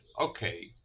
okay